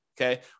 okay